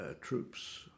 troops